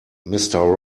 mister